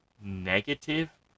negative